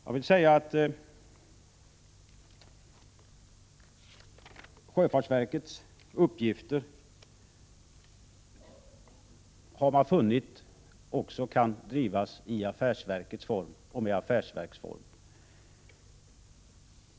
Man har funnit att sjöfartsverkets verksamhet också kan drivas i affärsverkets form.